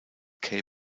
cape